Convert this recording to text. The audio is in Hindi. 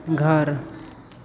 घर